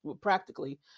Practically